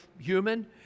human